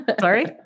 Sorry